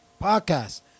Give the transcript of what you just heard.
podcast